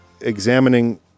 examining